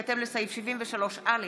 בהתאם לסעיף 73(א)